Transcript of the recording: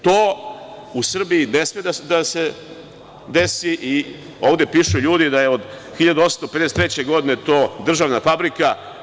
To u Srbiji ne sme da se desi i ovde pišu ljudi da je od 1853. godine to državna fabrika.